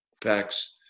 packs